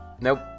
Nope